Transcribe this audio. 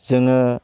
जोङो